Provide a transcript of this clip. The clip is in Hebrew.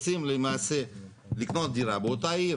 רוצים למעשה לקנות דירה באותה עיר